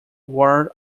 ward